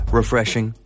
refreshing